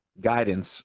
guidance